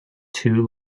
two